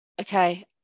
Okay